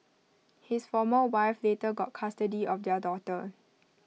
his former wife later got custody of their daughter